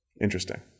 Interesting